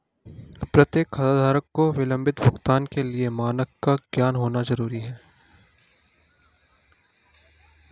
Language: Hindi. प्रत्येक खाताधारक को विलंबित भुगतान के लिए मानक का ज्ञान होना जरूरी है